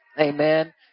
Amen